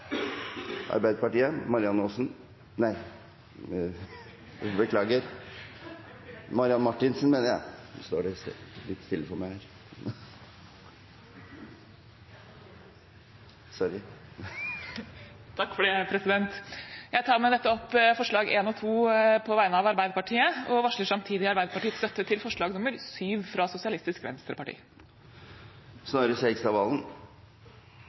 Arbeiderpartiet. Jeg tar med dette opp forslagene nr. 1 og 2, på vegne av Arbeiderpartiet, og varsler samtidig Arbeiderpartiets støtte til forslag nr. 7, fra SV. Snorre Serigstad Valen.